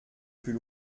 plus